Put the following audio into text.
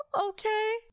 Okay